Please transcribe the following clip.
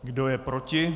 Kdo je proti?